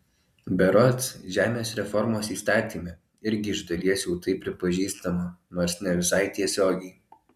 berods žemės reformos įstatyme irgi iš dalies jau tai pripažįstama nors ne visai tiesiogiai